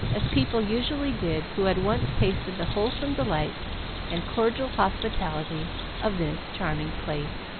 as people usually did who had once tasted the wholesome delights and cordial hospitality of this charming place.